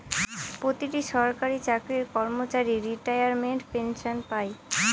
প্রতিটি সরকারি চাকরির কর্মচারী রিটায়ারমেন্ট পেনসন পাই